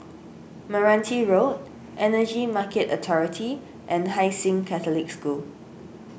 Meranti Road Energy Market Authority and Hai Sing Catholic School